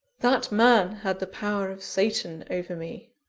that man had the power of satan over me!